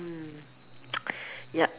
mm yup